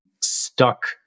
stuck